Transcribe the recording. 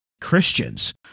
Christians